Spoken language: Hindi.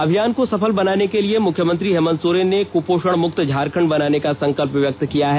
अभियान को सफल बनाने के लिए मुख्यमंत्री हेमंत सोरेन ने कुपोषण मुक्त झारखंड बनाने का संकल्प व्यक्त किया है